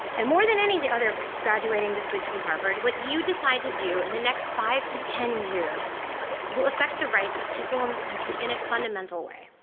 and more than any of the others graduating this week from harvard, what you decide to do in the next five to ten years will affect the rights of people in this country in a fundamental way.